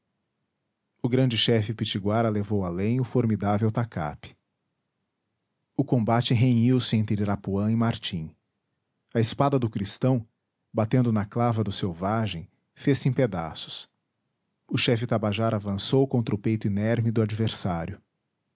o grande chefe pitiguara levou além o formidável tacape o combate renhiu se entre irapuã e martim a espada do cristão batendo na clava do selvagem fez-se em pedaços o chefe tabajara avançou contra o peito inerme do adversário